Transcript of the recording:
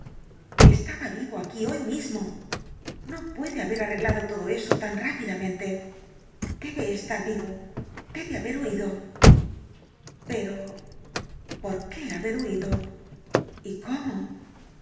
estaba vivo aquí hoy mismo no puede haber arreglado todo eso tan rápidamente debe estar vivo debe haber huido pero por qué haber huido y cómo